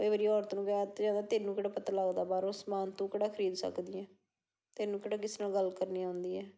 ਕਈ ਵਾਰੀ ਔਰਤ ਨੂੰ ਕਹਿ ਦਿੱਤਾ ਜਾਂਦਾ ਤੈਨੂੰ ਕਿਹੜਾ ਪਤਾ ਲੱਗਦਾ ਬਾਹਰੋਂ ਸਮਾਨ ਤੂੰ ਕਿਹੜਾ ਖਰੀਦ ਸਕਦੀ ਹੈ ਤੈਨੂੰ ਕਿਹੜਾ ਕਿਸੇ ਨਾਲ ਗੱਲ ਕਰਨੀ ਆਉਂਦੀ ਹੈ